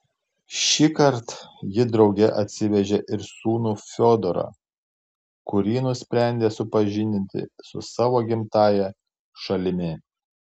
šįkart ji drauge atsivežė ir sūnų fiodorą kurį nusprendė supažindinti su savo gimtąja šalimi